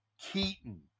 Keaton